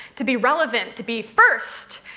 to be relevant, to be first,